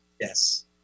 Yes